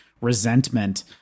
resentment